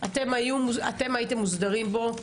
אתם הייתם מוסדרים בו.